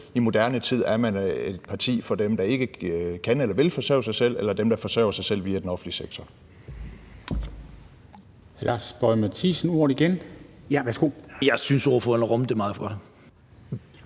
I moderne tid er det et parti for dem, der ikke kan eller vil forsørge sig selv, eller dem, der forsørger sig selv via den offentlige sektor.